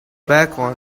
bacon